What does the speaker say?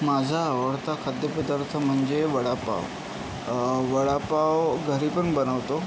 माझा आवडता खाद्यपदार्थ म्हणजे वडापाव वडापाव घरी पण बनवतो